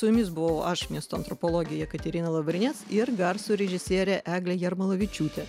su jumis buvau aš miesto antropologė jekaterina lavrinec ir garso režisierė eglė jarmolavičiūtė